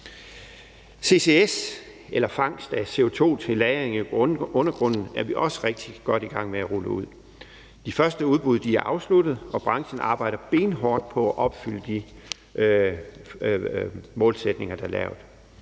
Ccs, eller fangst af CO2 til lagring i undergrunden, er vi også rigtig godt i gang med at rulle ud. De første udbud er afsluttet, og branchen arbejder benhårdt på at opfylde de målsætninger, der er lavet.